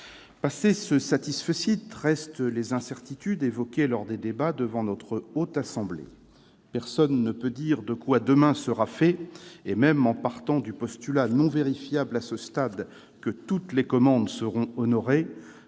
Passé ce satisfecit restent les incertitudes évoquées lors des débats devant la Haute Assemblée. Personne ne peut dire de quoi demain sera fait et, même en partant du postulat, non vérifiable à ce stade, que toutes les commandes seront honorées,